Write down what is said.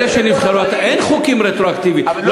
אלה שנבחרו, אין חוקים רטרואקטיבית.